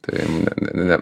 tai ne ne ne ne